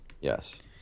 Yes